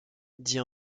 dit